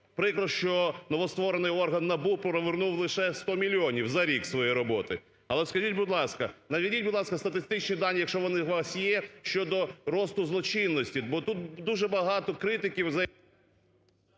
Прикро, що новостворений орган НАБУ повернув лише 100 мільйонів за рік своєї роботи. Але скажіть, будь ласка, наведіть, будь ласка, статистичні дані, якщо вони у вас є щодо росту злочинності. Бо тут дуже багато критиків